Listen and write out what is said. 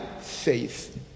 faith